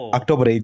October